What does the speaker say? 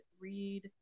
read